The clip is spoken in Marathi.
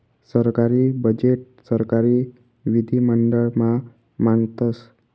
सरकारी बजेट सरकारी विधिमंडळ मा मांडतस